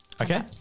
Okay